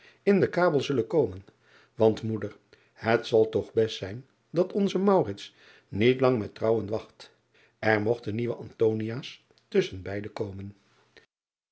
in den kabel zullen komen want moeder het zal toch best zijn dat onze niet lang met trouwen wacht er mogten nieuwe tusschen beiden komen